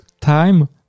time